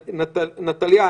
נטליה,